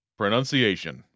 pronunciation